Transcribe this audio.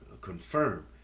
confirm